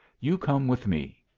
you come with me.